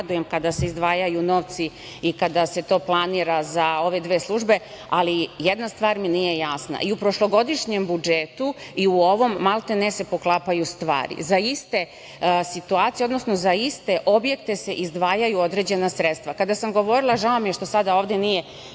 kada se izdvajaju novci i kada se to planira za ove dve službe, ali jedna stvar mi nije jasna. I u prošlogodišnjem budžetu i u ovom maltene se poklapaju stvari, za iste situacije, odnosno za iste objekte se izdvajaju određena sredstva. Kada sam govorila, žao mi je što sada ovde nije